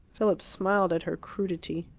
philip smiled at her crudity.